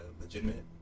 legitimate